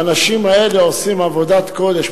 האנשים האלה עושים עבודת קודש,